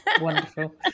Wonderful